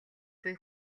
буй